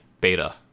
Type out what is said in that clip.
Beta